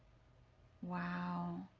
wow.